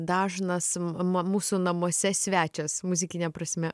dažnas ma mūsų namuose svečias muzikine prasme